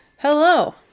Hello